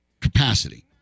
capacity